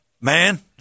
man